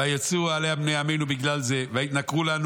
ויצורו עליה בני עמנו בגלל זה ויתנכרו לנו